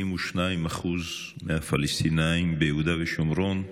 72% מהפלסטינים ביהודה ושומרון,